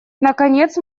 наконец